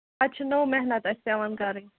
پَتہٕ چھُ نوٚو محنت پٮ۪وان اَسہِ کَرٕنۍ